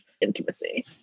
intimacy